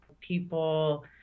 people